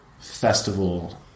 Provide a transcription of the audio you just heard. festival